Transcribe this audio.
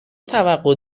توقع